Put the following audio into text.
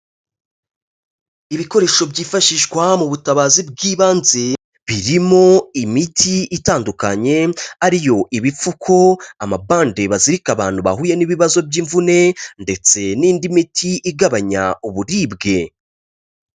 Ibikoresho byifashishwa mu butabazi bw'ibanze birimo imiti itandukanye ari yo ibipfuko, amabande bazirika abantu bahuye n'ibibazo by'imvune, ndetse n'indi miti igabanya uburibwe.